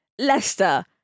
Leicester